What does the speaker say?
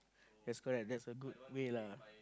that's correct that's a good way lah